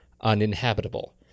uninhabitable